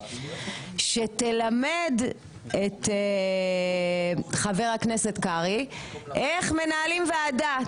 שתלמד את חבר הכנסת קרעי איך מנהלים ועדה,